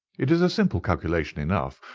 it is a simple calculation enough,